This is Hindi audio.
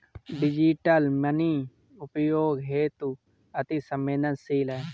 डिजिटल मनी उपयोग हेतु अति सवेंदनशील है